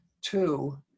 Two